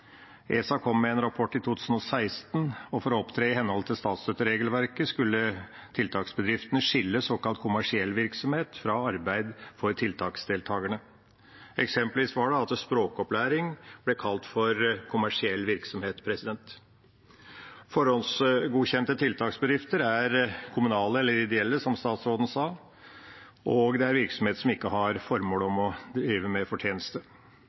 ESA kom med en rapport i 2016, og for å opptre i henhold til statsstøtteregelverket skulle tiltaksbedriftene skille såkalt kommersiell virksomhet fra arbeid for tiltaksdeltakerne. Eksempelvis ble språkopplæring kalt for kommersiell virksomhet. Forhåndsgodkjente tiltaksbedrifter er kommunale eller ideelle, som statsråden sa, og det er virksomheter som ikke har som formål å drive med fortjeneste.